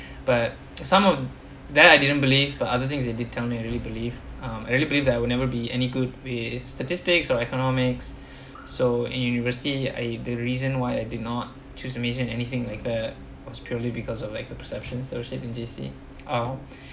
but some of that I didn't believe but other things theydid tell me I really believe I really believed be any good way statistics or economics so in university I the reason why I did not choose mention anything like that was purely because of like the perceptions are uh